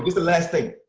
the last thing.